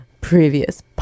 previous